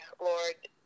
Lord